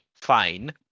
fine